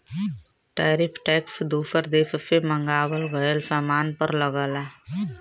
tariff tax दूसर देश से मंगावल गयल सामान पर लगला